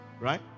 right